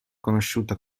conosciuta